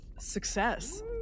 Success